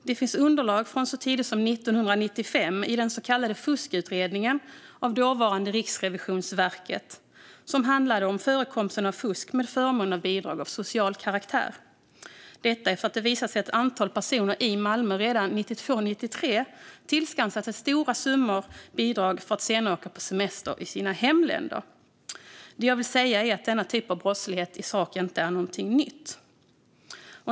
Det finns underlag från så tidigt som 1995 i den så kallade Fuskutredningen, som gjordes av det dåvarande Riksrevisionsverket. Den handlade om förekomsten av fusk med förmåner och bidrag av social karaktär. Det hade visat sig att ett antal personer i Malmö redan 1992-1993 hade tillskansat sig stora summor bidrag för att senare åka på semester till sina hemländer. Vad jag vill säga är att denna brottslighet i sak inte är något nytt.